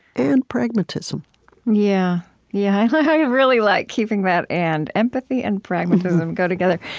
and pragmatism yeah yeah i really like keeping that and empathy and pragmatism go together.